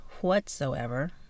whatsoever